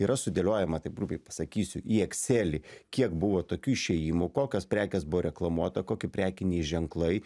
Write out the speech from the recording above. yra sudėliojama taip grubiai pasakysiu į ekselį kiek buvo tokių išėjimų kokios prekės buvo reklamuota koki prekiniai ženklai